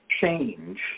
change